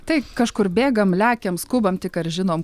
tai kažkur bėgam lekiam skubam tik ar žinom